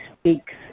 speaks